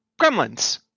Gremlins